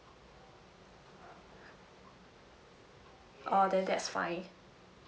orh then that's fine